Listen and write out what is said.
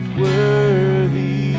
worthy